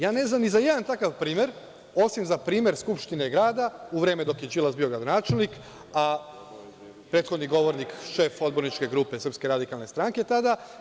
Ja ne znam ni za jedan takav primer, osim za primer Skupštine grada u vreme dok je Đilas bio gradonačelnik, a prethodni govornik šef odborničke grupe Srpske radikalne stranke tada.